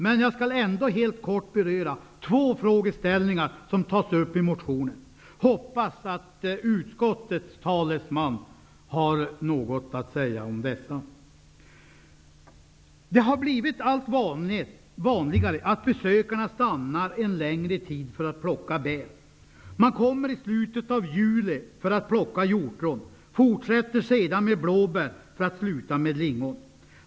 Men jag skall ändå helt kort beröra två frågeställningar som tas upp i motionen. Jag hoppas att utskottets talesman har något att säga om detta. Det har blivit allt vanligare att besökarna stannar en längre tid för att plocka bär. De kommer i slutet av juli för att plocka hjortron, fortsätter med blåbär och avslutar med lingon.